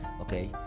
Okay